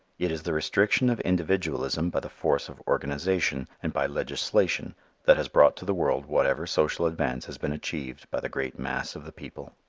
it is the restriction of individualism by the force of organization and by legislation that has brought to the world whatever social advance has been achieved by the great mass of the people.